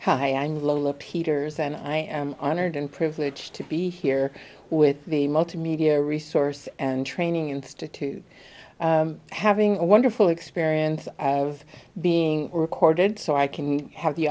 hi i'm lola peters and i am honored and privileged to be here with the multimedia resource and training institute having a wonderful experience of being recorded so i can have the